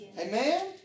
Amen